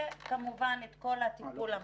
כמובן התייחסנו לכל הטיפול המקדים.